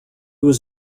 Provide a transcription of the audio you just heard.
was